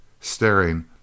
staring